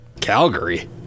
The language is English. Calgary